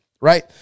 Right